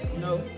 no